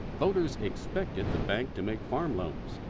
voters expected the bank to make farm loans,